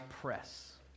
press